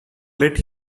let